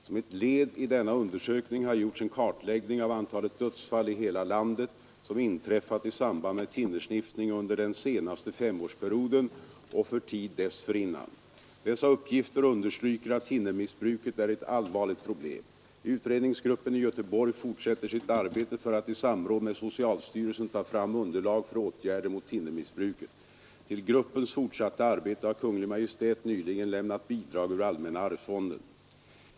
Som ett led i denna undersökning har gjorts en kartläggning av antalet dödsfall i hela landet som inträffat i samband med thinnersniffning under den senaste femårsperioden och för tid dessförinnan. Dessa uppgifter understryker att thinnermissbruket är ett allvarligt problem. Utredningsgruppen i Göteborg fortsätter sitt arbete för att i samråd med socialstyrelsen ta fram underlag för åtgärder mot thinnermissbruket. Till gruppens fortsatta arbete har Kungl. Maj:t nyligen lämnat bidrag ur allmänna arvsfonden.